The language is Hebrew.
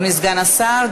אדוני סגן השר,